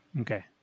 Okay